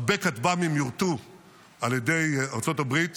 הרבה כטב"מים יורטו על ידי ארצות הברית